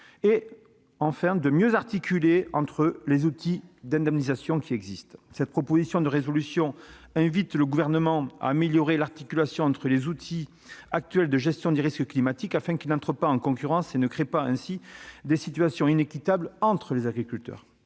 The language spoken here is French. et de mieux articuler entre eux les outils d'indemnisation existants. Cette proposition de résolution invite le Gouvernement à améliorer l'articulation entre les outils actuels de gestion des risques climatiques afin qu'ils n'entrent pas en concurrence et ne créent pas de situations inéquitables entre les agriculteurs.